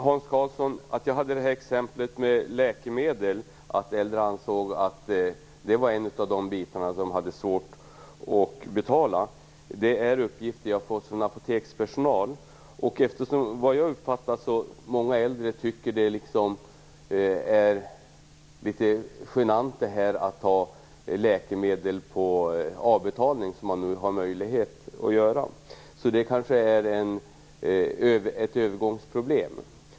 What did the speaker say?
Herr talman! Det exempel jag tog upp med läkemedel, Hans Karlsson, alltså att de äldre ansåg att det var en av de saker de hade svårt att betala, bygger på uppgifter som jag har fått från apotekspersonal. Efter vad jag har uppfattat, tycker många äldre att det liksom är litet genant att ta läkemedel på avbetalning, något som man nu har möjlighet att göra. Så det kanske är ett övergångsproblem.